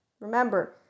remember